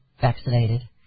vaccinated